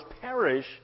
perish